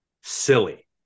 silly